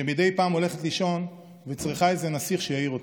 שמדי פעם הולכת לישון וצריכה איזה נסיך שיעיר אותה.